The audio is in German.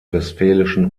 westfälischen